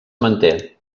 manté